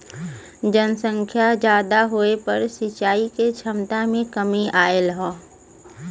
जनसंख्या जादा होये पर सिंचाई के छमता में कमी आयल हौ